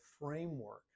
framework